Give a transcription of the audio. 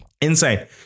Insane